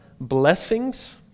blessings